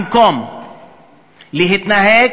במקום להתנהג,